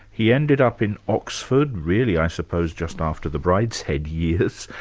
he ended up in oxford, really i suppose just after the brideshead years.